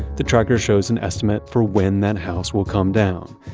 the tracker shows an estimate for when that house will come down.